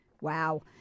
Wow